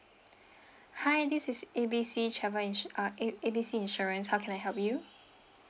hi this is A B C travel insur~ uh A A B C insurance how can I help you